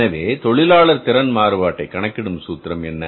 எனவே தொழிலாளர் திறன் மாறுபாட்டை கணக்கிடும் சூத்திரம் என்ன